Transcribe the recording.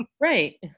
Right